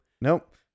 Nope